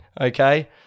okay